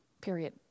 Period